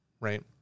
right